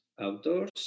outdoors